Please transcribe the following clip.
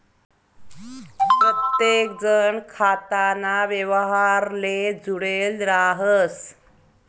प्रत्येकजण खाताना व्यवहारले जुडेल राहस